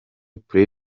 pro